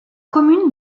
commune